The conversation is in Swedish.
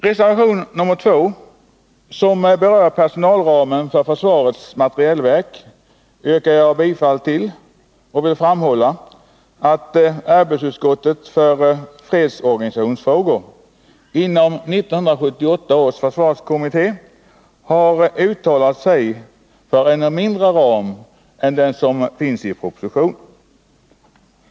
Reservation nr 2, som berör personalramen för försvarets materielverk, yrkar jag också bifall till. Jag vill framhålla att arbetsutskottet för fredsorganisationsfrågor inom 1978 års försvarskommitté har uttalat sig för en mindre ram än den som anges i propositionen.